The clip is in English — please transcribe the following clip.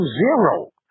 zero